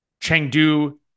Chengdu